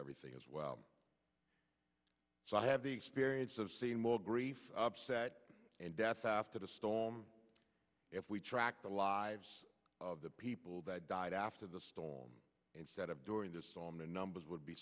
everything as well so i have the experience of seeing more grief upset and death after the storm if we track the lives of the people that died after the storm instead of during this on the numbers would be